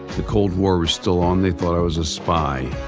the cold war was still on. they thought i was a spy